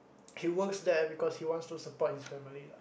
he works there because he wants to support his family lah